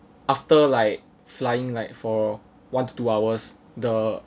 after like flying like for one to two hours the